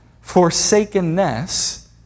forsakenness